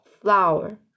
flower